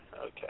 Okay